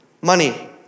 money